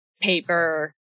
paper